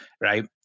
right